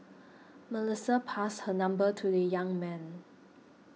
Melissa passed her number to the young man